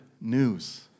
news